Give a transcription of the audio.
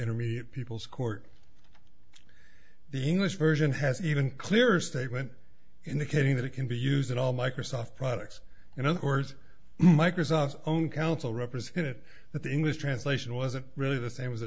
intermediate people's court the english version has even clearer statement indicating that it can be used in all microsoft products and on orders microsoft's own counsel represented that the english translation wasn't really the same as